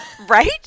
Right